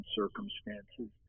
circumstances